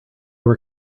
were